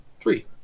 Three